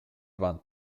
van